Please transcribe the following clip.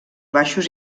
baixos